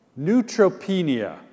Neutropenia